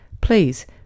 Please